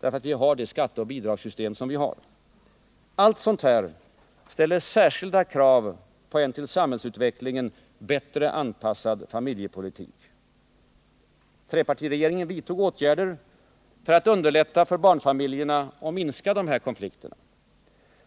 Därför att vi har det skatteoch bidragssystem som vi har. Allt sådant ställer särskilda krav på en till samhällsutvecklingen bättre anpassad familjepolitik. Trepartiregeringen vidtog åtgärder för att underlätta för barnfamiljerna och för att begränsa de här konflikterna.